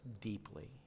deeply